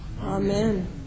Amen